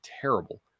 terrible